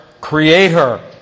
Creator